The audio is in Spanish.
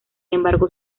embargo